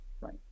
Right